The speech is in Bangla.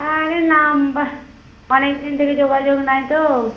হ্যাঁ আরে নম্বর অনেক দিন থেকে যোগাযোগ নাই তো